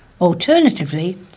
Alternatively